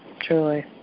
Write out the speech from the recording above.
truly